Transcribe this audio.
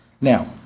Now